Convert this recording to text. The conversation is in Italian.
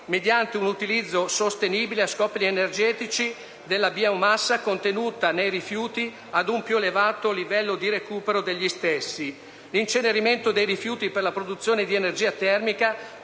mediante un utilizzo sostenibile a scopi energetici della biomassa contenuta nei rifiuti, ad un più elevato livello di recupero dei rifiuti stessi. L'incenerimento dei rifiuti per la produzione di energia termica